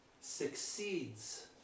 succeeds